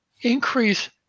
increase